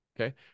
Okay